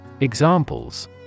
Examples